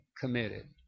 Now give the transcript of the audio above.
committed